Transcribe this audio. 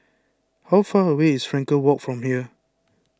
how far away is Frankel Walk from here